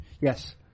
Yes